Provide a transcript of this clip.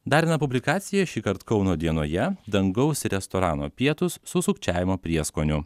dar viena publikacija šįkart kauno dienoje dangaus restorano pietūs su sukčiavimo prieskoniu